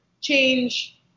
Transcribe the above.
change –